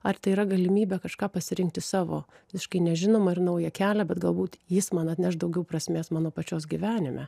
ar tai yra galimybė kažką pasirinkti savo visiškai nežinomą ir naują kelią bet galbūt jis man atneš daugiau prasmės mano pačios gyvenime